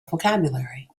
vocabulary